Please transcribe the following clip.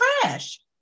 trash